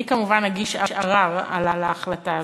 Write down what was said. אני כמובן אגיש ערר על ההחלטה הזאת.